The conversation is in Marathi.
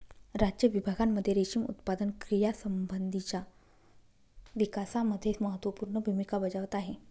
राज्य विभागांमध्ये रेशीम उत्पादन क्रियांसंबंधीच्या विकासामध्ये महत्त्वपूर्ण भूमिका बजावत आहे